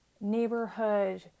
neighborhood